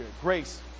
grace